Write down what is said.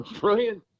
Brilliant